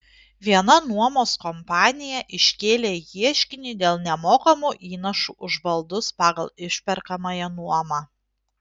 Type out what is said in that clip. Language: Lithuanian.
viena nuomos kompanija iškėlė ieškinį dėl nemokamų įnašų už baldus pagal išperkamąją nuomą